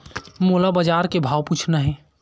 मोला बजार के भाव पूछना हे?